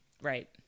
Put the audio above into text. Right